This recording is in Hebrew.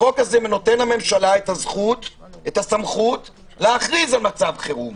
החוק הזה נותן לממשלה את הסמכות להכריז על מצב חירום